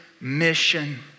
mission